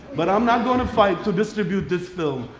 but i'm not going to fight to distribute this film.